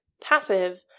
passive